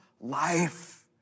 life